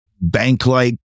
bank-like